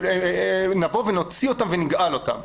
נבוא ונוציא אותם ונגאל אותם.